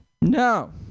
No